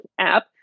app